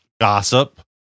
gossip